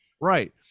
right